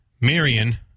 Marion